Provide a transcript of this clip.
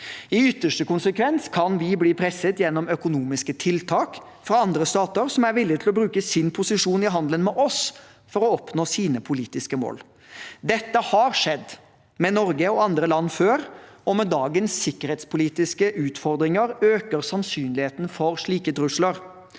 I ytterste konsekvens kan vi bli presset gjennom økonomiske tiltak fra andre stater som er villige til å bruke sin posisjon i handelen med oss for å oppnå sine politiske mål. Dette har skjedd med Norge og andre land før, og med dagens sikkerhetspolitiske utfordringer øker sannsynligheten for slike trusler.